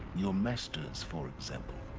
your masters, for example.